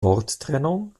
worttrennung